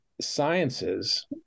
sciences